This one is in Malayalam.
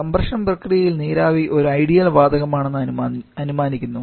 കംപ്രഷൻ പ്രക്രിയയിൽ നീരാവി ഒരു ഐഡിയൽ വാതകം ആണെന്ന് അനുമാനിക്കുന്നു